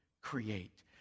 create